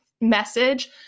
message